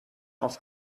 auf